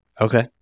Okay